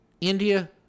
India